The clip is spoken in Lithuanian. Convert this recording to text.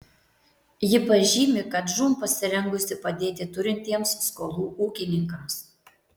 ji pažymi kad žūm pasirengusi padėti turintiems skolų ūkininkams